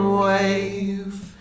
wave